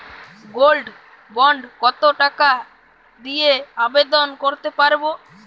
Gold bond কত টাকা দিয়ে আবেদন করতে পারবো?